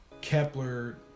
Kepler